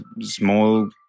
small